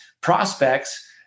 prospects